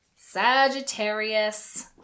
Sagittarius